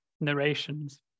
narrations